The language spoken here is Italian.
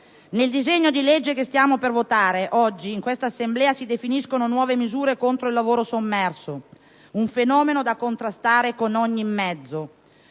Nel disegno di legge che stiamo per votare oggi, in questa Assemblea, si definiscono nuove misure contro il lavoro sommerso, un fenomeno da contrastare con ogni mezzo,